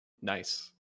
Nice